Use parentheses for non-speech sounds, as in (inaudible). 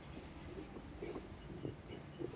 (breath)